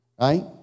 Right